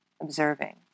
observing